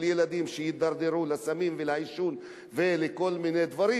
ילדים שיידרדרו לסמים ולעישון ולכל מיני דברים,